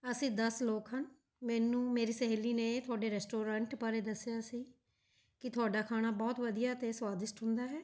ਅਸੀਂ ਦਸ ਲੋਕ ਹਨ ਮੈਨੂੰ ਮੇਰੀ ਸਹੇਲੀ ਨੇ ਤੁਹਾਡੇ ਰੈਸਟੋਰੈਂਟ ਬਾਰੇ ਦੱਸਿਆ ਸੀ ਕਿ ਤੁਹਾਡਾ ਖਾਣਾ ਬਹੁਤ ਵਧੀਆ ਅਤੇ ਸਵਾਦਇਸ਼ਟ ਹੁੰਦਾ ਹੈ